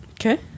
Okay